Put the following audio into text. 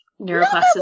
neuroplasticity